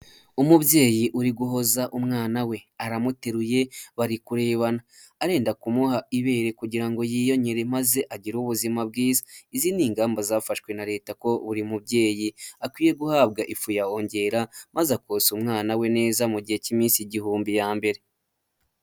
Umubyeyi uri guhoza umwana we, aramuteruye, bari kurebana. Arenda kumuha ibere kugira ngo yiyonkere maze agire ubuzima bwiza. Izi ni ingamba zafashwe na leta ko buri mubyeyi akwiye guhabwa ifu ya ongera, maze akonsa umwana we neza mu gihe cy'iminsi igihumbi ya mbere.